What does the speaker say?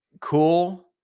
cool